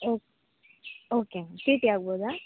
oak okay T T ಆಗ್ಬೋದ